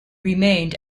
remained